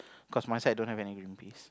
cause my side don't have any green piece